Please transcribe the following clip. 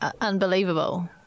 unbelievable